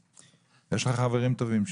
יש לך חברים טובים שם.